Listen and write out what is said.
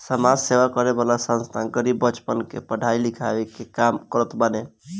समाज सेवा करे वाला संस्था गरीब बच्चन के पढ़ाई लिखाई के काम करत बाने